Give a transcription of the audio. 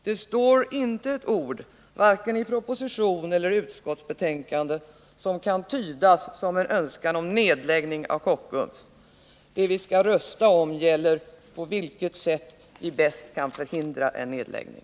Det står inte ett ord vare sig i proposition eller i utskottsbetän kande som kan tydas som en önskan om nedläggning av Kockums. Det vi skall rösta om gäller på vilket sätt vi bäst kan förhindra en nedläggning.